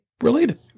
related